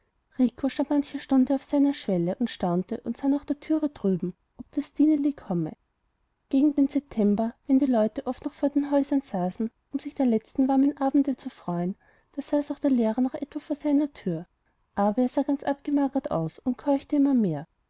stand manche stunde auf seiner schwelle und staunte und sah nach der tür drüben ob das stineli komme gegen den september wenn die leute oft noch vor den häusern saßen um sich der letzten warmen abende zu freuen da saß auch der lehrer noch etwa vor seiner tür aber er sah ganz abgemagert aus und keuchte immer mehr